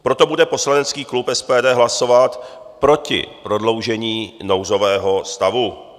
Proto bude poslanecký klub SPD hlasovat proti prodloužení nouzového stavu.